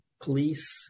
Police